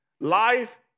Life